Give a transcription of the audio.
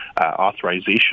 authorization